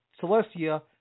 Celestia